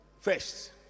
first